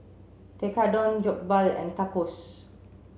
Tekkadon Jokbal and Tacos